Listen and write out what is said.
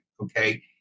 okay